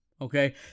okay